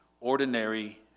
ordinary